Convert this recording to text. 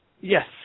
Yes